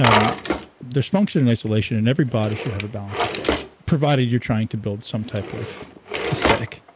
um there's function and isolation, and everybody should have a balance of both provided you're trying to build some type of aesthetic.